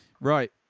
Right